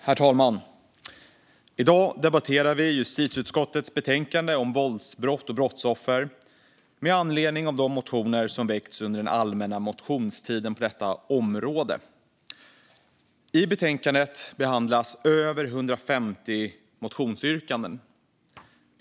Herr talman! I dag debatterar vi justitieutskottets betänkande om våldsbrott och brottsoffer med anledning av de motioner som väckts under den allmänna motionstiden på detta område. I betänkandet behandlas över 150 motionsyrkanden.